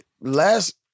last